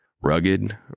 rugged